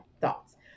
thoughts